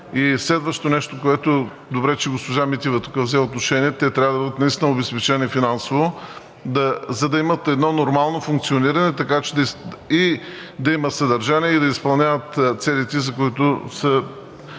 Следващо нещо, за което – добре, че тук госпожа Митева взе отношение, те трябва да бъдат наистина обезпечени финансово, за да имат едно нормално функциониране, да има съдържание и да изпълняват целите, за които